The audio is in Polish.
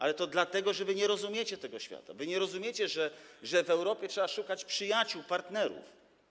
Ale to dlatego, że wy nie rozumiecie tego świata, wy nie rozumiecie, że w Europie trzeba szukać przyjaciół, partnerów.